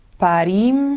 Parim